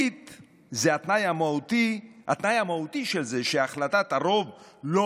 התנאי המהותי של דמוקרטיה זה שהחלטת הרוב לא